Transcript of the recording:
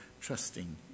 trusting